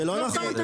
זה חוסר הבנה